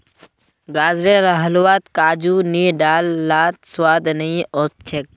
गाजरेर हलवात काजू नी डाल लात स्वाद नइ ओस छेक